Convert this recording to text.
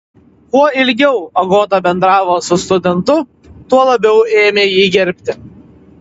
kuo ilgiau agota bendravo su studentu tuo labiau ėmė jį gerbti